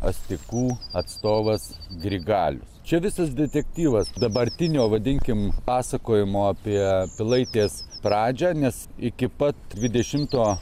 astikų atstovas grigalius čia visas detektyvas dabartinio vadinkim pasakojimo apie pilaitės pradžią nes iki pat dvidešimto